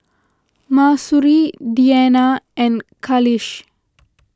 Mahsuri Diyana and Khalish